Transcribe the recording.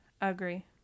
agree